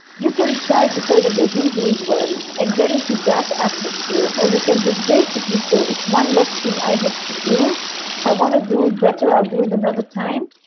you can try to tell them they didn't do it well and get into that atmosphere. or you can just basically say it's one less thing i have to do. if i want to do it better, i'll do it another time.